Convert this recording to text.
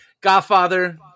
Godfather